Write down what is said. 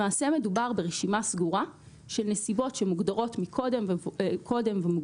למעשה מדובר ברשימה סגורה של נסיבות שמוגדרות קודם ומפורסמות